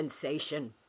sensation